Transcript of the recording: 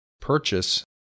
purchase